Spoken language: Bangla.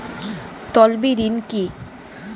তলবি ঋণ কি?